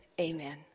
Amen